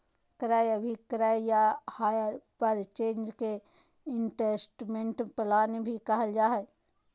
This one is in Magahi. क्रय अभिक्रय या हायर परचेज के इन्स्टालमेन्ट प्लान भी कहल जा हय